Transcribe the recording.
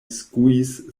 skuis